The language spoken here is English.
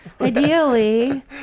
Ideally